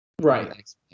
Right